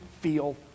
feel